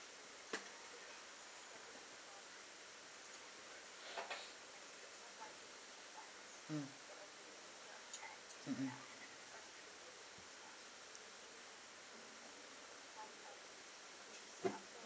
mm mm mm